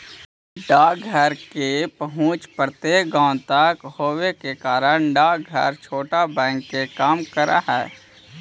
डाकघर के पहुंच प्रत्येक गांव तक होवे के कारण डाकघर छोटा बैंक के काम करऽ हइ